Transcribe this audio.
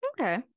Okay